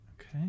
Okay